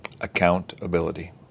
Accountability